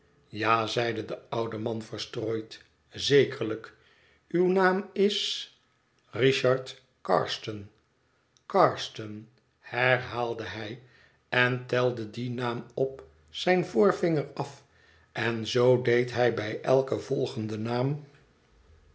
ja zeide de oude man verstrooid zekerlijk uw naam is richard carstone carstone herhaalde hij en telde dien naam op zijn voorvinger af en zoo deed hij bij eiken volgenden naam